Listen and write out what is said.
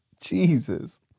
Jesus